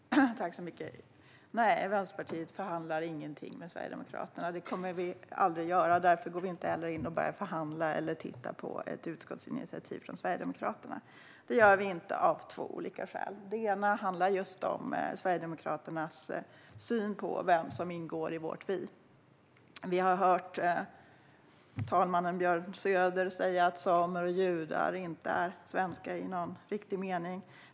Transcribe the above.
Herr talman! Nej, Vänsterpartiet förhandlar inte om någonting med Sverigedemokraterna. Det kommer vi aldrig att göra, och därför går vi heller inte in och förhandlar eller tittar på ett utskottsinitiativ från Sverigedemokraterna. Det gör vi inte av två olika skäl. Det ena handlar om Sverigedemokraternas syn på vem som ingår i vårt "vi". Vi har hört andre vice talmannen Björn Söder säga att samer och judar inte är svenskar i någon riktig mening.